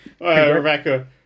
Rebecca